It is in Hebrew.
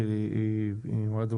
כי היא אמרה את זה,